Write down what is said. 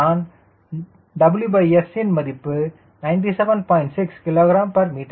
நான் WS ன் மதிப்பு 97